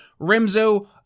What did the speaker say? Remzo